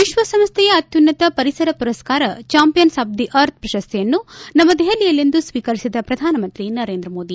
ವಿಶ್ವ ಸಂಸ್ಥೆಯ ಅತ್ಯುನ್ನತ ಪರಿಸರ ಪುರಸ್ತಾರ ಚಾಂಪಿಯನ್ ಆಫ್ ದಿ ಅರ್ಥ್ ಪ್ರಶಸ್ತಿಯನ್ನು ನವದೆಹಲಿಯಲ್ಲಿಂದು ಸ್ವೀಕರಿಸಿದ ಪ್ರಧಾನಮಂತ್ರಿ ನರೇಂದ್ರ ಮೋದಿ